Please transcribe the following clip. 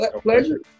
Pleasure